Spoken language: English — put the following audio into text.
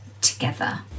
together